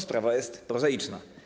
Sprawa jest prozaiczna.